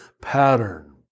pattern